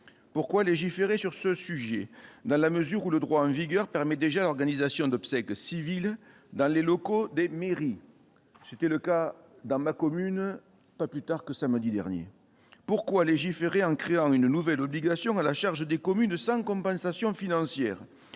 pourquoi légiférer sur ce sujet, dans la mesure où le droit en vigueur permet déjà, organisation d'obsèques civiles dans les locaux des mairies, c'était le cas dans ma commune, pas plus tard que samedi dernier, pourquoi légiférer en créant une nouvelle obligation à la charge des communes sans compensation financière